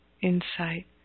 insight